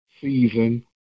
season